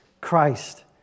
Christ